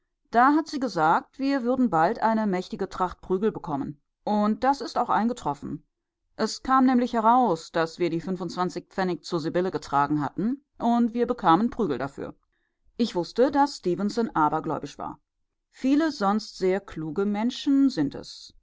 da hat sie gesagt wir würden bald eine mächtige tracht prügel bekommen und das ist auch eingetroffen es kam nämlich heraus daß wir die fünfundzwanzig pfennig zur sibylle getragen hatten und wir bekamen prügel dafür ich wußte daß stefenson abergläubisch war viele sonst sehr kluge menschen sind es